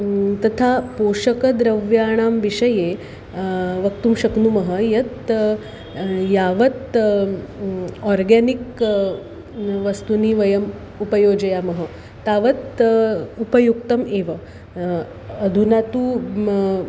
तथा पोषकद्रव्याणां विषये वक्तुं शक्नुमः यत् यावत् आर्गानिक् वस्तूनि वयम् उपयोजयामः तावत् उपयुक्तम् एव अधुना तु